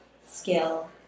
skill